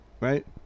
right